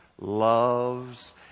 loves